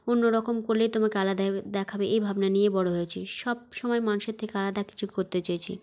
অন্য রকম করলে তোমাকে আলাদা দেখাবে এই ভাবনা নিয়ে বড়ো হয়েছি সব সময় মানুষের থেকে আলাদা কিছু করতে চেয়েছি